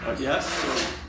Yes